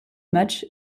match